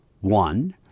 One